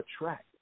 attract